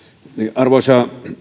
arvoisa